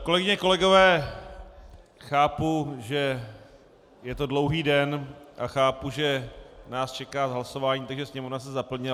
Kolegyně, kolegové, chápu, že je to dlouhý den, a chápu, že nás čeká hlasování, takže sněmovna se zaplnila.